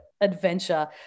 adventure